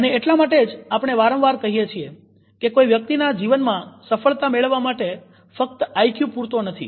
અને એટલા માટે જ આપણે વારંવાર કહીએ છીએ કે કોઇ વ્યક્તિના જીવનમાં સફળતા મેળવવા માટે ફક્ત આઈક્યુ પુરતો નથી